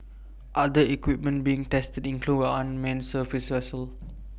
other equipment being tested include an unmanned surface vessel